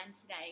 today